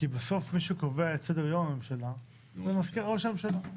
כי בסוף מי שקובע את סדר יום הממשלה זה מזכיר ראש הממשלה.